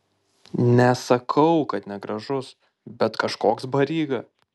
nesakau kad negražus bet kažkoks baryga